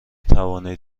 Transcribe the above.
توانید